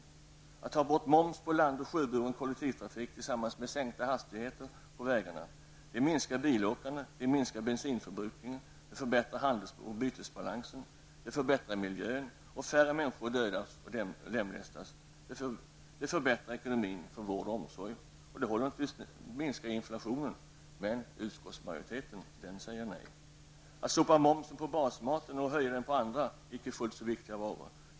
2. att ta bort momsen på land och sjöburen kollektivtrafik tillsammans med sänkta hastigheter på vägarna. Det minskar bilåkandet. Det minskar bensinförbrukningen. Det förbättrar handels och bytesbalansen. Det förbättrar miljön, och färre människor dödas och lemlästas. Det förbättrar ekonomin för vård och omsorg. Och det minskar inflationen. Men utskottsmajoriteten säger nej. 3. att slopa momsen på basmaten och höja den på andra, icke fullt så viktiga varor.